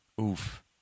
Oof